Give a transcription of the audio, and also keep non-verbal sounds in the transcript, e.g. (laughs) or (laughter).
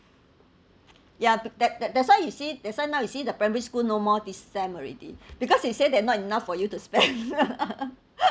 ya that that that's why you see that's why now you see the primary school no more this stamp already because they said that not enough for you to spend (laughs)